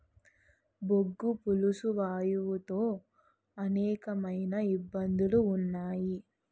బొగ్గు పులుసు వాయువు తో అనేకమైన ఇబ్బందులు ఉన్నాయి